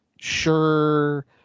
sure